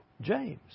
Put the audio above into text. James